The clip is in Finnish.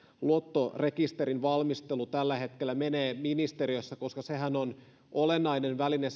luottorekisterin valmistelu tällä hetkellä menee ministeriössä sehän on olennainen väline